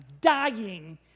dying